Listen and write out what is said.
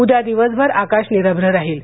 उद्या दिवसभर आकाश निरभ्र राहील